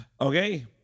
Okay